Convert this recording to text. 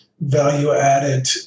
value-added